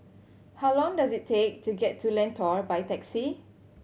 how long does it take to get to Lentor by taxi